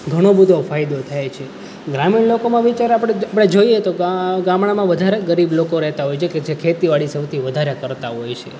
ઘણો બધો ફાયદો થાય છે ગ્રામીણ લોકોમાં વિચાર આપણે આપણે જોઈએ તો ગામડામાં વધારે ગરીબ લોકો રહેતાં હોય છે કે જે ખેતીવાડી સૌથી વધારે કરતાં હોય છે